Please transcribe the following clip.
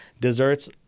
desserts